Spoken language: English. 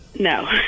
No